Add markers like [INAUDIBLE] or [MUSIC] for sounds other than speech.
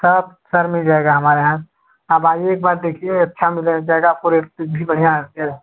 सब सर मिल जाएगा हमारे यहाँ आप आइए एक बार देखिए अच्छा मिल [UNINTELLIGIBLE] जाएगा आपको रेट भी बढ़िया है [UNINTELLIGIBLE]